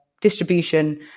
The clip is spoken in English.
distribution